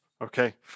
okay